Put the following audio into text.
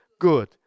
good